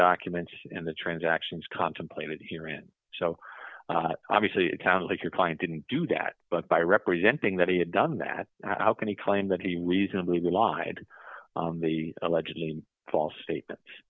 documents in the transactions contemplated here in so obviously account that your client didn't do that but by representing that he had done that out can you claim that he reasonably relied on the allegedly false statement